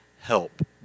help